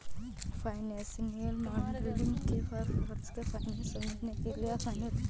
financial modelling से corporate finance को समझने में आसानी होती है